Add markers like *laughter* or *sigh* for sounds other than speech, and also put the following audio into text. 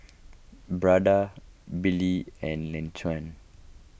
*unintelligible* Billy and Laquan